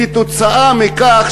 כתוצאה מכך,